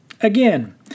again